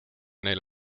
neil